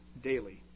daily